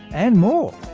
and more.